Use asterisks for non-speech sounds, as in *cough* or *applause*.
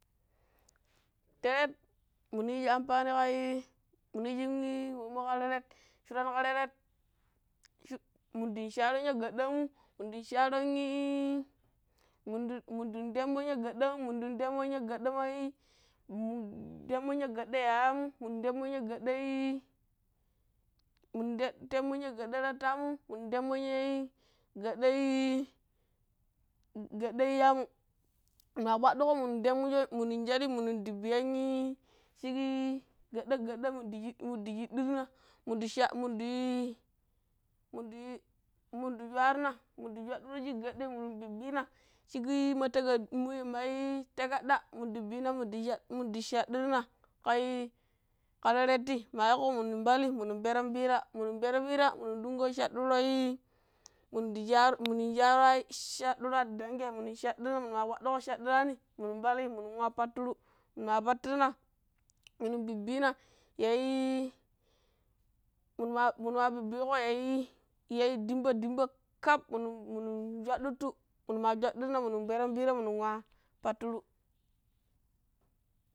Teret min yiiji anfani ƙai min yiijin wemmoi ƙai. Teret shuran ƙa teret min ndang shaaron ya ga̱ɗɗa̱a̱mu min dang shaaron i min ndang temmo̱n ya ga̱ɗɗa̱a̱mu temmon ya ga̱ɗɗa̱a̱ ma i min ndang temmo̱n ya ga̱ɗɗaama ya yaamu min ndang temmo̱n *unintelligible* ya ga̱ɗɗa̱a̱ma tattaamu min ndang temmo̱n ya ga̱ɗɗa̱a̱ma iyyaamu min maa kpaɗɗuɗo min temmanjo min ndi shaɗina minun di biyan shik ga̱ɗɗa-ga̱ɗɗa̱ mimun ndi shiɗɗirna̱ mun di shar mimun mumu ndi shwaarina mundi shudiro shik ga̱ɗɗa̱i min ndi biyina shik i-i ma ta̱ga̱r mai takaɗɗa minu ndi biyina minun ndi shardina, i ƙa teretti ma yiiƙo mimun pali numun npero̱n piira, minun npero̱ piira minun nɗungƙo shaɗɗuro̱i *unintelligible* min nshaɗɗuro̱ ya dangai munu shaddir na, munu ka kwadugo shaɗɗiraani minun npali minun wa patiru muni ma patrina minu bibbina yai minu maa bibbiƙo yai dimba̱-dimba̱ kaf *hesitation* minun shwaɗɗuttu minun maa shwaɗɗirna minun npero̱n piira minun nwa patturu.